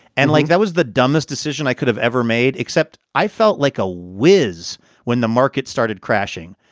and like that was the dumbest decision i could have ever made, except i felt like a whiz when the market started crashing.